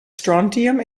strontium